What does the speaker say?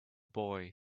boy